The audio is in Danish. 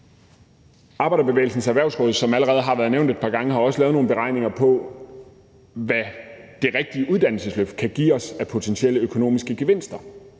Arbejderbevægelsens Erhvervsråd, som allerede har været nævnt et par gange, har også lavet nogle beregninger på, hvad det rigtige uddannelsesløft kan give os af potentielle økonomiske gevinster,